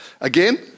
again